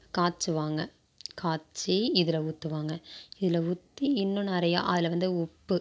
காய்ச்சுவாங்க காய்ச்சி இதில் ஊற்றுவாங்க இதில் ஊற்றி இன்னும் நிறையா அதில் வந்து உப்பு